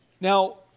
Now